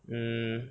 um